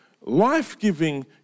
life-giving